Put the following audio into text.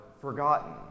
forgotten